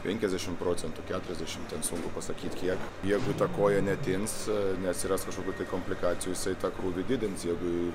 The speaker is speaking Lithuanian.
penkiasdešimt procentų keturiasdešimt ten sunku pasakyt kiek jeigu ta koja netins neatsiras kažkokių tai komplikacijų jisai tą krūvį didins jeigu